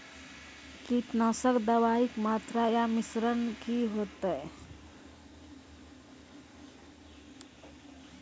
कीटनासक दवाई के मात्रा या मिश्रण की हेते?